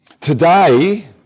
Today